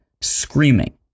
screaming